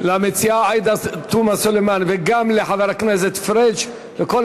למציעה עאידה תומא סלימאן וגם לחבר הכנסת פריג' לכל